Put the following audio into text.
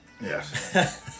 Yes